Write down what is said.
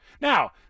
Now